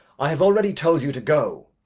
i have already told you to go.